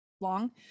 long